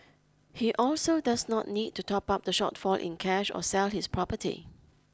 he also does not need to top up the shortfall in cash or sell his property